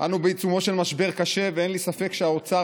אנו בעיצומו של משבר קשה ואין לי ספק שהאוצר